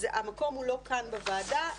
המקום הוא לא כאן בוועדה,